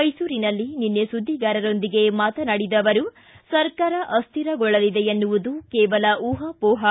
ಮೈಸೂರಿನಲ್ಲಿ ನಿನ್ನೆ ಸುದ್ದಿಗಾರರೊಂದಿಗೆ ಮಾತನಾಡಿದ ಅವರು ಸರ್ಕಾರ ಅಸ್ಟಿರಗೊಳ್ಳಲಿದೆ ಎನ್ನುವುದು ಕೇವಲ ಉಹಾಪೊಹಾ